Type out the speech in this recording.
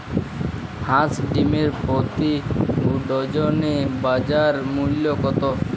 হাঁস ডিমের প্রতি ডজনে বাজার মূল্য কত?